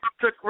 took